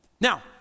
Now